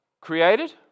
created